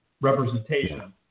representation